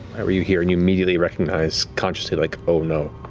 why were you here? and you immediately recognize consciously, like, oh no.